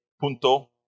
Punto